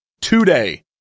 today